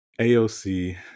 AOC